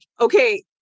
okay